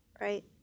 Right